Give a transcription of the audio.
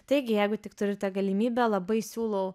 taigi jeigu tik turite galimybę labai siūlau